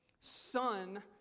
son